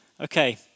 Okay